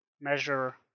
measure